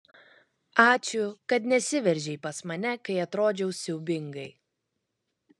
ačiū kad nesiveržei pas mane kai atrodžiau siaubingai